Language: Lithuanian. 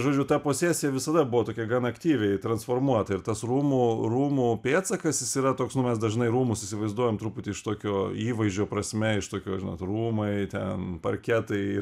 žodžiu ta posesija visada buvo tokia gan aktyviai transformuota ir tas rūmų rūmų pėdsakas jis yra toks nu mes dažnai rūmus įsivaizduojam truputį iš tokio įvaizdžio prasme iš tokio žinot rūmai ten parketai